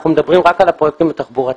כרגע אנחנו מדברים רק על הפרויקטים התחבורתיים.